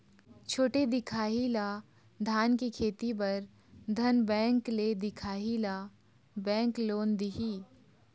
छोटे दिखाही ला धान के खेती बर धन बैंक ले दिखाही ला बैंक लोन दिही?